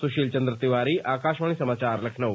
सुशील चन्द्र तिवारी आकाशवाणी समाचार लखनऊ